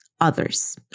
others